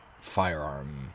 firearm